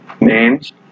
names